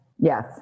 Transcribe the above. yes